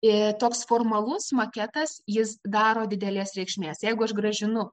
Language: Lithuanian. ė toks formalus maketas jis daro didelės reikšmės jeigu aš grąžinu